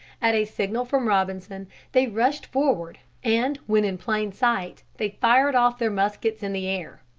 at a signal from robinson they rushed forward, and when in plain sight they fired off their muskets in the air.